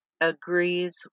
agrees